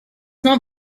not